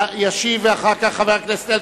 ישיב אחר כך חבר הכנסת אלקין.